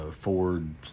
ford